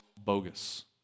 bogus